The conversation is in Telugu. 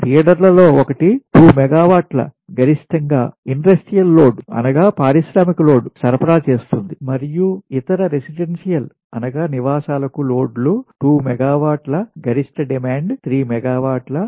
ఫీడర్లలో ఒకటి 2 మెగావాట్ల గరిష్టంగా ఇండస్ట్రియల్ లోడ్ పారిశ్రామిక లోడ్ సరఫరా చేస్తుంది మరియు ఇతర రెసిడెన్షియల్ నివాసాలకు లోడ్లు 2 మెగావాట్ల గరిష్ట డిమాండ్ 3 మెగావాట్ల